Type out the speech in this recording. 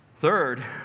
Third